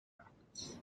facts